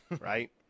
right